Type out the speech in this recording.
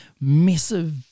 massive